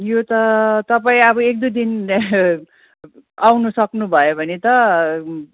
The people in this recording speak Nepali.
यो त तपाईँ अब एकदुई दिन आउनु सक्नुभयो भने त